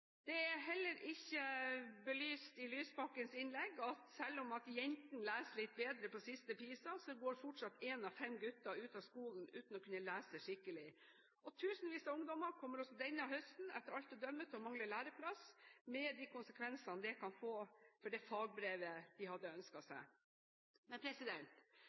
Det er heller ikke belyst i Lysbakkens innlegg at selv om jentene leser litt bedre på siste PISA-rapport, går fortsatt én av fem gutter ut av skolen uten å kunne lese skikkelig. Tusenvis av ungdommer kommer også denne høsten etter alt å dømme til å mangle læreplass med de konsekvensene det kan få for det fagbrevet de hadde